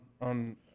on